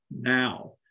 now